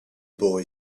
boy